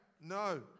No